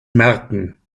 merken